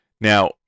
Now